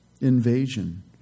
invasion